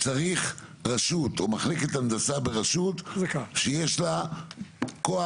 צריך רשות או מחלקת הנדסה ברשות שיש לה כוח,